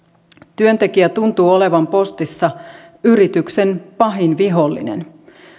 työntekijä tuntuu olevan postissa yrityksen pahin vihollinen